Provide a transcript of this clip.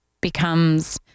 becomes